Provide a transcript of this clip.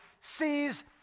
sees